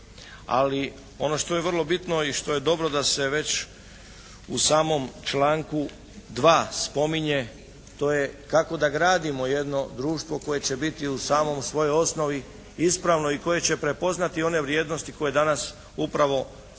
Ali ono što je vrlo bitno i što je dobro da se već u samom članku 2. spominje to je kako da gradimo jedno društvo koje će biti u samoj svojoj osnovi ispravno i koje će prepoznati one vrijednosti koje danas upravo, na